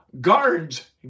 Guards